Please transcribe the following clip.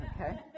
Okay